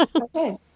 Okay